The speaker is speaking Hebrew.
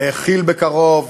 כי"ל בקרוב,